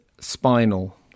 spinal